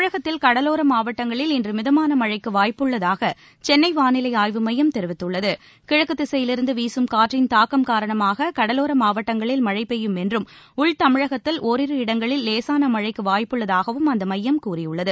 தமிழகத்தில் கடலோர மாவட்டஙகளில் இன்று மிதமான மழைக்கு வாய்ப்புள்ளதாக சென்னை வானிலை ஆய்வு மையம் தெரிவித்துள்ளது கிழக்கு திசையிலிருந்து வீசும் காற்றின் தாக்கம் காரணமாக கடலோர மாவட்டங்களில் மழை பெய்யும் என்றும் உள் தமிழகத்தில் ஓரிரு இடங்களில் லேசான மழைக்கு வாய்ப்புள்ளதாகவும் அந்த மையம் கூறியுள்ளது